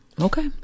okay